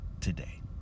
today